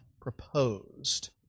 proposed